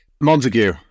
Montague